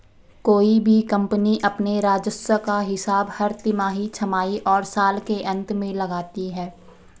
कोई भी कम्पनी अपने राजस्व का हिसाब हर तिमाही, छमाही और साल के अंत में लगाती है